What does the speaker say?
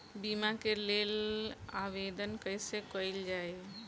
बीमा के लेल आवेदन कैसे कयील जाइ?